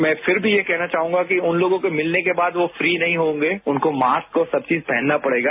मैं फिर भी यह कहना चाहूंगा कि उन लोगों को मिलने के बाद वो फ्री नहीं होंगे उनको मास्क और सब चीज पहनना पड़ेगा